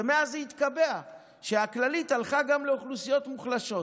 ומאז זה התקבע שהכללית הלכה גם לאוכלוסיות מוחלשות.